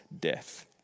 death